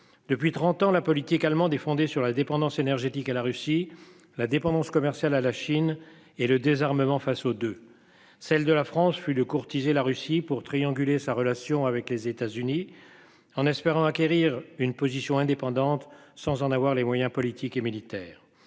Depuis 30 ans la politique allemande est fondée sur la dépendance énergétique à la Russie. La dépendance commerciale à la Chine et le désarmement face aux de celle de la France fut de courtiser la Russie pour trianguler sa relation avec les États-Unis. En espérant acquérir une position indépendante sans en avoir les moyens politiques et militaires.